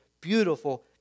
beautiful